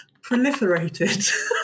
Proliferated